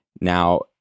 Now